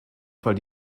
fall